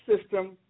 system